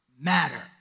matter